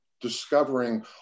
discovering